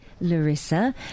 Larissa